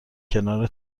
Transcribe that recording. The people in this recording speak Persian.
کنار